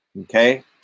Okay